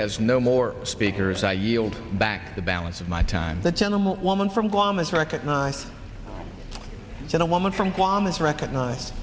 has no more speakers i yield back the balance of my time that gentleman woman from guam is recognized gentlewoman from guam as recognize